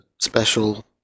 special